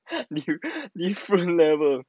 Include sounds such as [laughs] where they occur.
[laughs] different level